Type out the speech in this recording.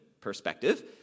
perspective